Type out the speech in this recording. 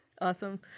Awesome